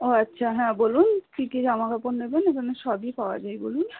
ও আচ্ছা হ্যাঁ বলুন কী কী জামা কাপড় নেবেন এখানে সবই পাওয়া যায় বলুন